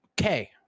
Okay